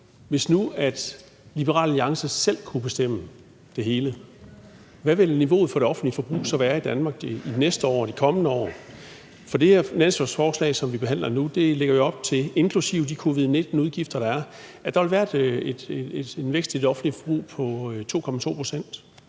Hvis nu Liberal Alliance selv kunne bestemme det hele, hvad ville niveauet for det offentlige forbrug så være i Danmark næste år og de kommende år? For det finanslovsforslag, vi behandler nu, lægger jo op til, inklusive de covid-19-udgifter, der er, at der vil være en vækst i det offentlige forbrug på 2,2 pct.